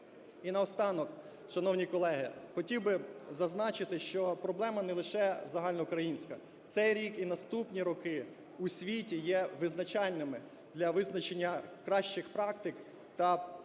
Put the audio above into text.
І наостанок, шановні колеги, хотів би зазначити, що проблема не лише загальноукраїнська. Цей рік і наступні роки у світі є визначальними для визначення кращих практик та